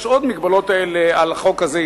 יש עוד הגבלות על החוק הזה,